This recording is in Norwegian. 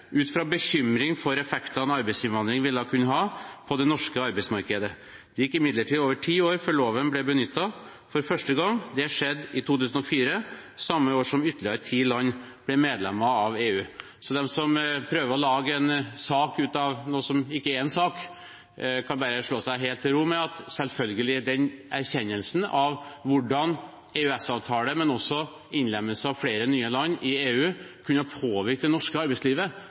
ut fra bekymring for effektene arbeidsinnvandring ville kunne ha på det norske arbeidsmarkedet. Det gikk imidlertid over ti år før loven ble benyttet for første gang. Dette skjedde i 2004, samme år som ytterligere ti land ble medlemmer av EU.» Så de som prøver å lage en sak ut av noe som ikke er en sak, kan bare slå seg helt til ro: Selvfølgelig var den erkjennelsen av hvordan EØS-avtalen, men også innlemmelsen av flere nye land i EU, kunne påvirke det norske arbeidslivet,